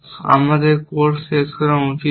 আমাদের কোর্স শেষ করা উচিত নয়